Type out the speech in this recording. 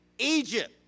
Egypt